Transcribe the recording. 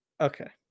okay